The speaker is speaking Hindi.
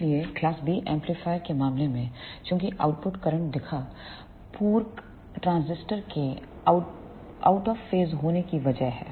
इसलिए क्लास B एम्पलीफायर के मामले में चूंकि आउटपुट करंट दिखा पूरकट्रांजिस्टर के आउट ऑफ फेस होने की वजह हैं